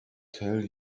tell